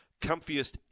comfiest